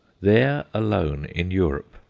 there alone in europe,